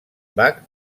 bach